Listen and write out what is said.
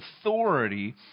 authority